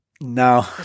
no